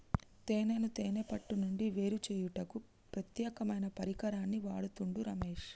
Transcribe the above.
తేనెను తేనే పట్టు నుండి వేరుచేయుటకు ప్రత్యేకమైన పరికరాన్ని వాడుతుండు రమేష్